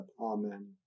Amen